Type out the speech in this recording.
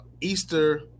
Easter